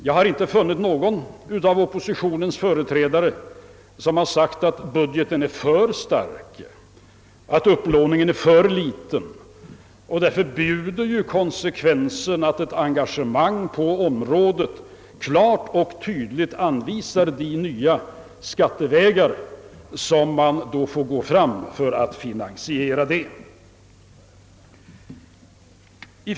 Jag har inte hört att någon av oppositionens företrädare sagt att budgeten är för stark eller att upplåningen är för liten, Konsekvensen bjuder att den som engagerar sig för större u-hjälpsanslag klart och tydligt anvisar de nya skattevägar som måste beträdas för att finansiera den hjälpen.